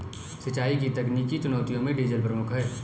सिंचाई की तकनीकी चुनौतियों में डीजल प्रमुख है